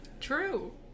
True